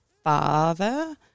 father